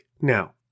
Now